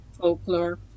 folklore